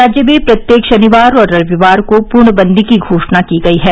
राज्य में प्रत्येक शनिवार और रविवार को पूर्णबन्दी की घोषणा की गई है